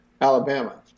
Alabama